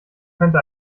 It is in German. könnte